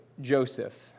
Joseph